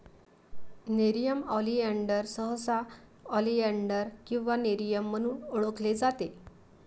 nerium oleander सहसा oleander किंवा nerium म्हणून ओळखले जाते